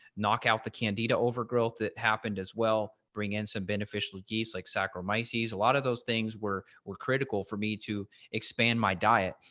knock out the candida overgrowth that happened as well bring in some beneficial yeast like saccharomyces a lot of those things were were critical for me to expand my diet.